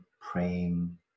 praying